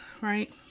right